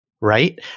right